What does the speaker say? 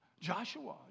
Joshua